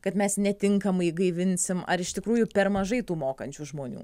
kad mes netinkamai gaivinsim ar iš tikrųjų per mažai tų mokančių žmonių